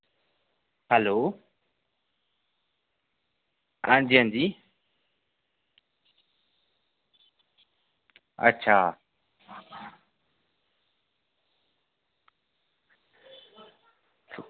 hello आं जी आं जी अच्छा